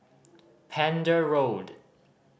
Pender Road